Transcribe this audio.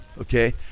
okay